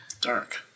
dark